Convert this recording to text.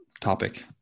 topic